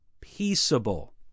peaceable